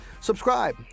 Subscribe